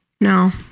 No